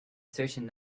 certain